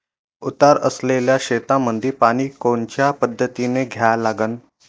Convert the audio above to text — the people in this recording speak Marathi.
उतार असलेल्या शेतामंदी पानी कोनच्या पद्धतीने द्या लागन?